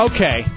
Okay